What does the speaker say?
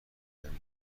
یعنی